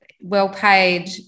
well-paid